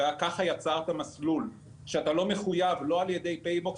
ככה יצרנו מסלול שאתה לא מחויב לא על-ידי "פייבוקס"